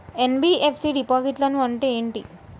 NBFC డిపాజిట్లను అంటే ఏంటి?